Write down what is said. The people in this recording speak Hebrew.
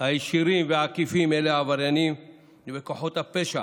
הישירים והעקיפים הם העבריינים וכוחות הפשע.